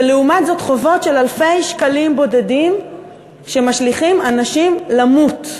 ולעומת זאת חובות של אלפי שקלים בודדים שמשליכים אנשים למות,